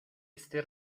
este